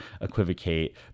equivocate